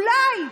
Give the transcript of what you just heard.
אולי,